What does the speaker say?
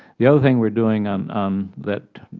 the other thing we are doing that